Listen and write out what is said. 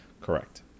Correct